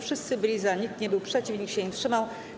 Wszyscy byli za, nikt nie był przeciw, nikt się nie wstrzymał.